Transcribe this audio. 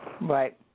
Right